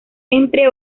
entre